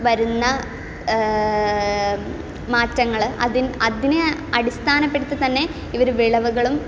വരുന്ന മാറ്റങ്ങൾ അത് അതിനെ അടിസ്ഥാനപ്പെടുത്തി തന്നെ ഇവർ വിളവുകളും